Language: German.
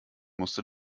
musste